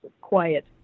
quiet